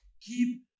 keep